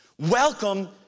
Welcome